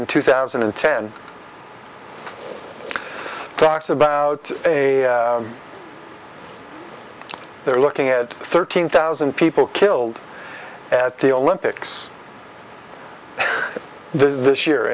in two thousand and ten talks about a they're looking at thirteen thousand people killed at the olympics this year